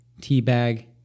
teabag